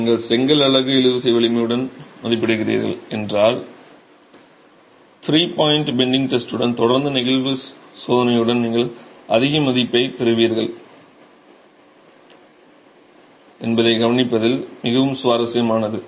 நீங்கள் செங்கல் அலகு இழுவிசை வலிமையை மதிப்பிடுகிறீர்கள் என்றால் த்ரீ பாய்ன்ட் பெண்டிங்க் டெஸ்டுடன் தொடர்ந்து நெகிழ்வு சோதனையுடன் நீங்கள் அதிக மதிப்புகளைப் பெறுவீர்கள் என்பதைக் கவனிப்பது மிகவும் சுவாரஸ்யமானது